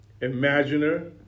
imaginer